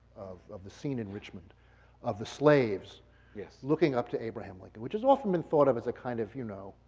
of of the scene in richmond of the slaves yeah looking up to abraham lincoln, which has often been thought of as kind of, you know,